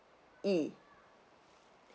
e